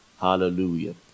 hallelujah